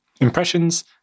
Impressions